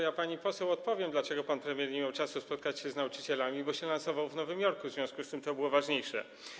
Ja pani poseł odpowiem, dlaczego pan premier nie miał czasu spotkać się z nauczycielami - bo się lansował w Nowym Yorku, w związku z tym to było ważniejsze.